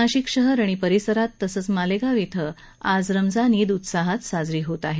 नाशिक शहर आणि परिसरात तसंच मालेगाव इथं आज रमजान ईद उत्साहात साजरी होत आहे